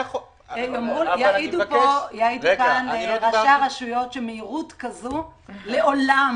יעידו כאן ראשי הרשויות שמהירות כזאת מעולם,